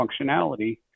functionality